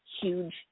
huge